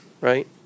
Right